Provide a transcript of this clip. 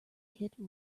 hit